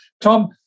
Tom